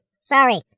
Sorry